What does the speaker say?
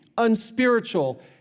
unspiritual